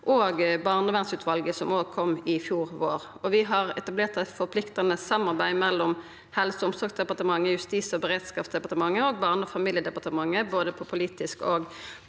frå barnevernsutvalet, som kom i fjor vår. Vi har etablert eit forpliktande samarbeid mellom Helse- og omsorgsdepartementet, Justis- og beredskapsdepartementet og Barne- og familiedepartementet, både på politisk og på